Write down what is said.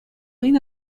این